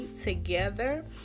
together